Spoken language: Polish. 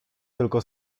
tylko